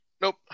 Nope